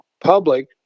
public